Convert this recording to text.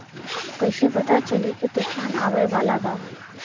कइसे पता चली की तूफान आवा वाला बा?